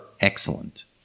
excellent